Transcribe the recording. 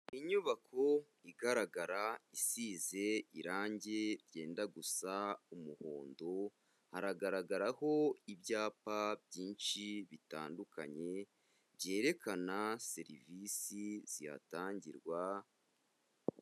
Inyubako igaragara, isize irangi ryenda gusa umuhondo, haragaragaraho ibyapa byinshi bitandukanye, byerekana serivisi zihatangirwa.